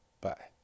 bye